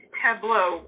tableau